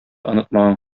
онытмаган